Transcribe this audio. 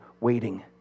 waiting